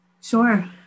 Sure